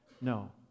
No